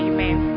Amen